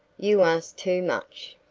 you ask too much.